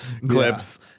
clips